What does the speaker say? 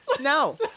no